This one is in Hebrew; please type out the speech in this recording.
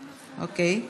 כן.